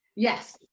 yes.